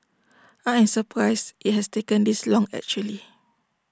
I am surprised IT has taken this long actually